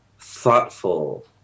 thoughtful